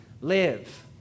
live